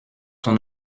ton